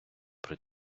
при